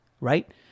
right